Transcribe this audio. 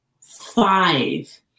Five